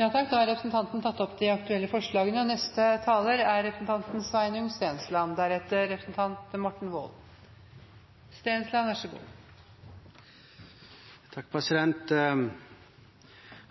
har tatt opp de forslagene hun refererte til.